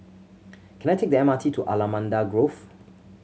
can I take the M R T to Allamanda Grove